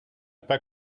pas